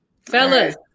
Fellas